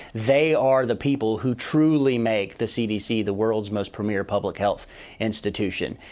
they are the people who truly make the cdc the world's most premiere public health institution.